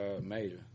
major